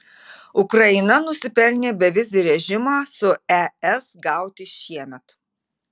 ukraina nusipelnė bevizį režimą su es gauti šiemet